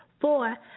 Four